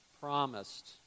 promised